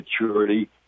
maturity